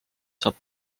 saab